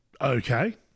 Okay